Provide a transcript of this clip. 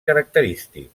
característic